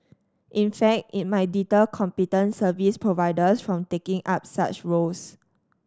in fact it might deter competent service providers from taking up such roles